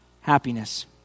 happiness